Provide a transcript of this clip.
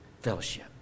fellowship